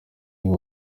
niwe